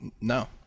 No